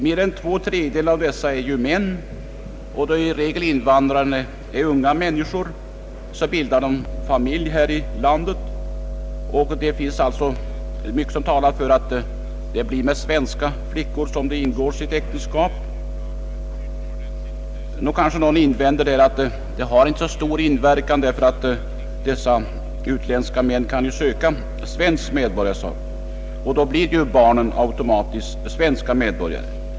Mer än två tredjedelar av dessa är män, Då invandrarna i regel är unga människor, bildar de familj här i landet. Det finns alltså mycket som talar för att det blir med svenska flickor som de ingår sitt äktenskap. Nu kanske någon invänder att det inte har så stor inverkan, därför att dessa utländska män kan söka svenskt medborgarskap, och då blir barnen automatiskt svenska medborgare.